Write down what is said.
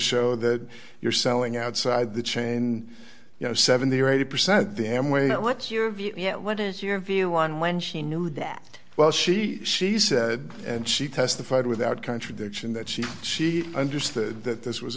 show that you're selling outside the chain you know seventy or eighty percent the amway what's your view what is your view on when she knew that well she she said and she testified without contradiction that she she understood that this was